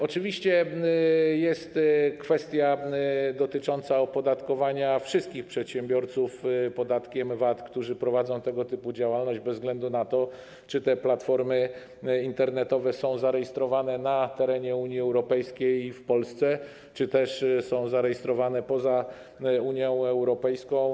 Oczywiście jest też kwestia dotycząca opodatkowania podatkiem VAT wszystkich przedsiębiorców, którzy prowadzą tego typu działalność, bez względu na to, czy te platformy internetowe są zarejestrowane na terenie Unii Europejskiej, w Polsce czy też są zarejestrowane poza Unią Europejską.